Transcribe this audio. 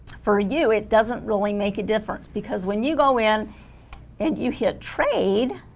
for you it doesn't really make a difference because when you go in and you hit trade